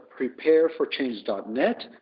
prepareforchange.net